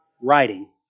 writing